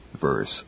Verse